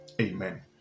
amen